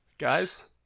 Guys